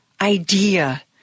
idea